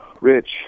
Rich